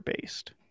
based